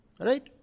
Right